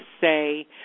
say